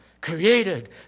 created